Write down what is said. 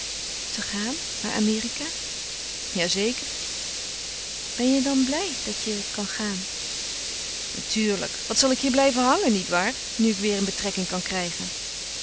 te gaan naar amerika ja zeker ben je dan blij dat je gaan kan natuurlijk wat zal ik hier blijven hangen nietwaar nu ik weer een betrekking kan krijgen